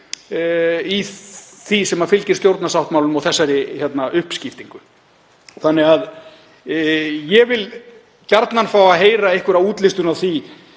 í því sem fylgir stjórnarsáttmálanum og þessari uppskiptingu. Þannig að ég vil gjarnan fá að heyra einhverja útlistun á því